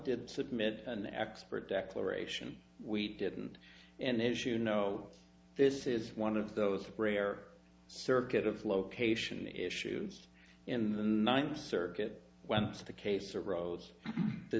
did submit an expert declaration we didn't and then issue no this is one of those rare circuit of location issues in the ninth circuit when the case arose the